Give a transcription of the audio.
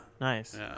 nice